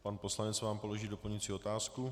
Pan poslanec vám položí doplňující otázku.